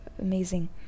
amazing